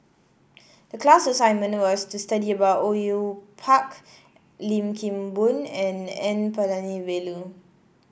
the class assignment was to study about Au Yue Pak Lim Kim Boon and N Palanivelu